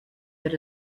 that